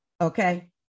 okay